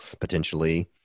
potentially